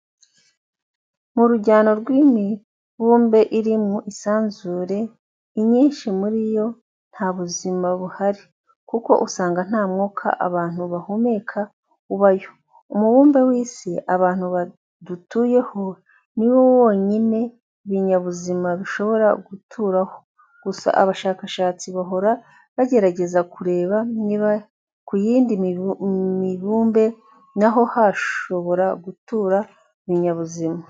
Mu rujyano rw'imibumbe iri mu isanzure, imyinshi muri yo nta buzima buhari kuko usanga nta mwuka abantu bahumeka ubayo. Umubumbe w'isi abantu dutuyeho ni wo wonyine ibinyabuzima bishobora guturaho. Gusa abashakashatsi bahora bagerageza kureba niba ku yindi mibumbe na ho hashobora gutura ibinyabuzima.